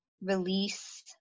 release